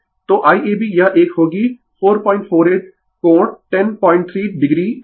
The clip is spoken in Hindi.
तो Iab यह एक होगी 448 कोण 103 o एम्पीयर